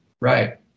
Right